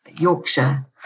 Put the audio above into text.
Yorkshire